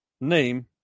name